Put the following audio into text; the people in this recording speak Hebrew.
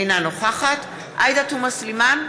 אינה נוכחת עאידה תומא סלימאן,